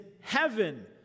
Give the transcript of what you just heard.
heaven